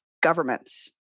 governments